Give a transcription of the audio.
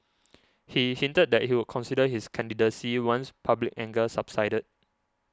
he hinted that he would consider his candidacy once public anger subsided